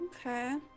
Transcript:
Okay